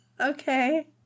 okay